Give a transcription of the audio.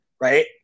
Right